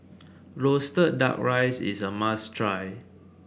roasted duck rice is a must try